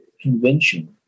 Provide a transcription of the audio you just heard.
convention